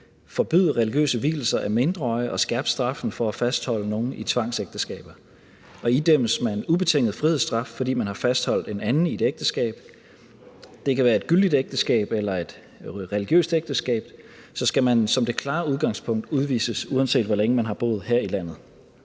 forbyde religiøse vielser af mindreårige og skærpe straffen for at fastholde nogle i tvangsægteskaber, og idømmes man ubetinget frihedsstraf, fordi man har fastholdt en anden i et ægteskab – det kan være et gyldigt ægteskab eller et religiøst ægteskab – så skal man som det klare udgangspunkt udvises, uanset hvor længe man har boet her i landet.